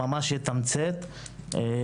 לזה אנחנו נמצא פתרון.